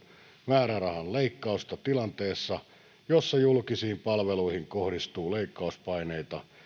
määrärahan leikkausta tilanteessa jossa julkisiin palveluihin kohdistuu leikkauspaineita